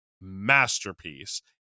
masterpiece